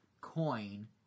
coin